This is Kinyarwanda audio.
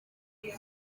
yawe